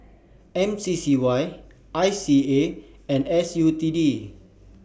M C C Y I C A and S U T D